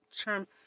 Trump